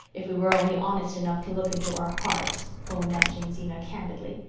if we were only honest enough to look into our hearts, owned aunt jamesina candidly.